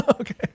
Okay